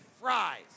fries